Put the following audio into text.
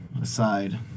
aside